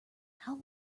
how